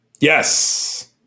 Yes